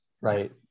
Right